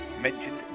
Mentioned